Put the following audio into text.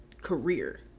career